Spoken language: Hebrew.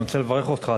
אני רוצה לברך אותך,